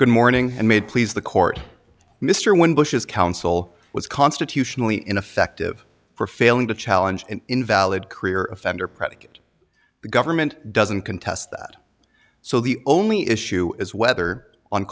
good morning and made please the court mr wynn bush's counsel was constitutionally ineffective for failing to challenge an invalid career offender predicate the government doesn't contest that so the only issue is whether on